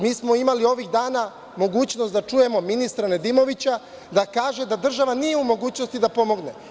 Mi smo imali ovih dana mogućnost da čujemo ministra Nedimovića da kaže da država nije u mogućnosti da pomogne.